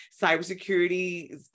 Cybersecurity